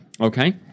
Okay